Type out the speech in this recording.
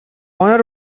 owner